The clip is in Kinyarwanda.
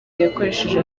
yakoresheje